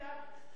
מה השם שלה?